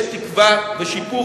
יש תקווה לשיפור.